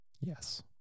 Yes